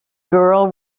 girl